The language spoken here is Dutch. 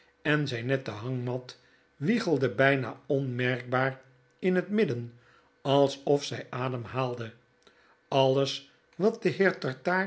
en zijn nette hangmat wiegelde bijna onmerkbaar in het midden alsof zij ademhaalde alles wat den